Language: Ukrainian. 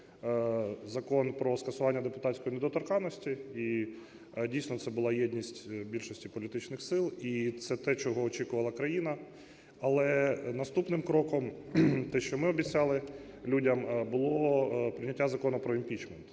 Закон про скасування депутатської недоторканності. І дійсно це була єдність більшості політичних сил і це те, чого очікувала країна. Але наступним кроком, те, що ми обіцяли людям, було прийняття Закону про імпічмент.